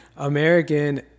american